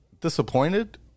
disappointed